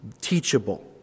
teachable